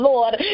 Lord